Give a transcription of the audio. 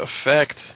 effect